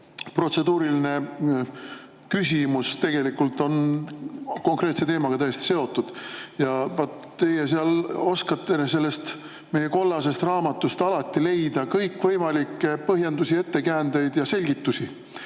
protseduuriline küsimus on tegelikult tõesti konkreetse teemaga seotud. Teie seal oskate meie kollasest raamatust alati leida kõikvõimalikke põhjendusi, ettekäändeid ja selgitusi.